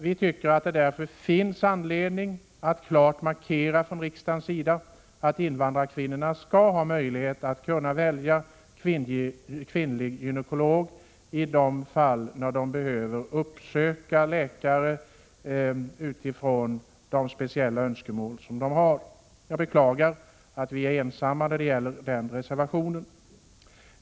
Vi tycker därför att det finns anledning att klart markera från riksdagens sida att invandrarkvinnorna skall ha möjlighet att välja kvinnlig gynekolog i de fall de behöver söka läkare. Jag beklagar att vi är ensamma om den reservationen.